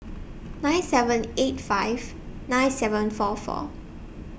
nine seven eight five nine seven four four